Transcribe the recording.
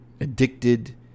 addicted